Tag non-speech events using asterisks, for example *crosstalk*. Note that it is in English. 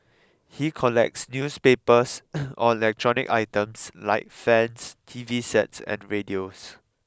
he collects newspapers *noise* or electronic items like fans T V sets and radios